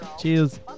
Cheers